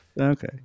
Okay